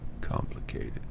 complicated